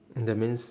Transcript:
that means